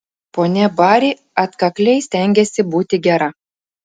ponia bari atkakliai stengėsi būti gera